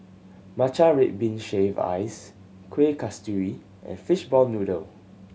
matcha red bean shaved ice Kuih Kasturi and fishball noodle